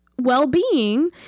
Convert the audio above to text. well-being